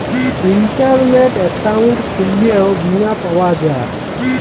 ইলটারলেট account খুইললেও বীমা পাউয়া যায়